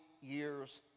years